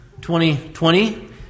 2020